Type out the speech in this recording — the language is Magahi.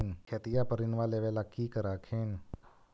खेतिया पर ऋण लेबे ला की कर हखिन?